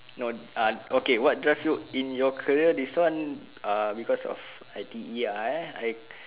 no uh okay what drive you in your career this one uh because of I_T_E ya eh I